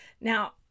Now